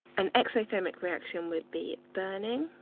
an exothermic reaction would be burning